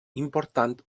important